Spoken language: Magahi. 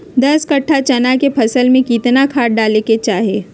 दस कट्ठा चना के फसल में कितना खाद डालें के चाहि?